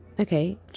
Okay